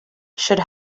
should